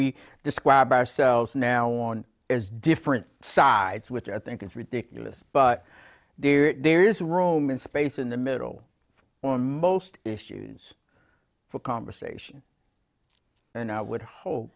we describe ourselves now on as different sides which i think is ridiculous but there is there is room and space in the middle on most issues for conversation and i would hope